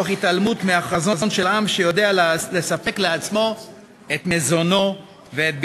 תוך התעלמות מהחזון של עם שיודע לספק לעצמו את מזונו ואת ביטחונו.